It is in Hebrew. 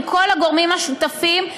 עם כל הגורמים השותפים,